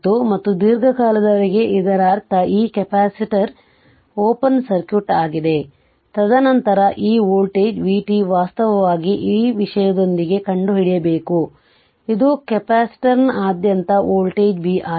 ಮತ್ತು ದೀರ್ಘಕಾಲದವರೆಗೆ ಇದರರ್ಥ ಈ ಕೆಪಾಸಿಟರ್ ಓಪನ್ ಸರ್ಕ್ಯೂಟ್ ಆಗಿದೆ ತದನಂತರ ಈ ವೋಲ್ಟೇಜ್ vt ವಾಸ್ತವವಾಗಿ ಈ ವಿಷಯದೊಂದಿಗೆ ಕಂಡುಹಿಡಿಯಬೇಕು ಇದು ಕೆಪಾಸಿಟರ್ನಾದ್ಯಂತ ವೋಲ್ಟೇಜ್ B ಆಗಿದೆ